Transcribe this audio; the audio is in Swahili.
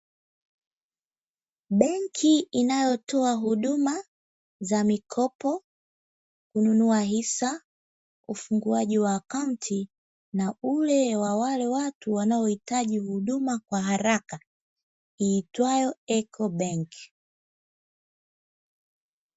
Benki inayotoa huduma za mikopo, kununua hisa, ufunguaji wa akaunti na ule wa wale watu wanaohitaji huduma kwa haraka, iitwayo ''Eco benki''.